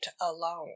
alone